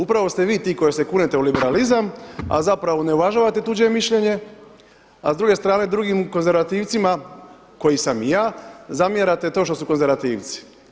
Upravo ste vi ti koji se kunete u liberalizam, a zapravo ne uvažavate tuđe mišljenje, a s druge strane drugim konzervativcima koji sam i ja zamjerate to što su konzervativci.